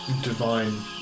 divine